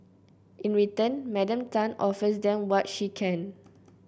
in return Madam Tan offers them what she can